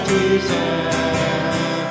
Jesus